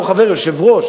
לא חבר אלא יושב-ראש,